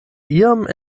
iam